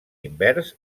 invers